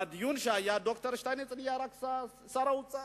מהדיון שהיה, ד"ר שטייניץ נהיה רק לשר האוצר,